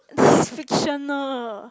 this is fictional